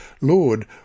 Lord